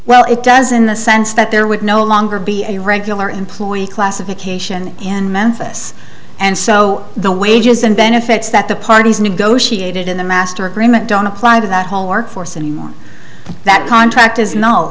well it does in the sense that there would no longer be a regular employee classification in memphis and so the wages and benefits that the parties negotiated in the master agreement don't apply to that home work force and that contract is no